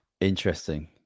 Interesting